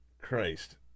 Christ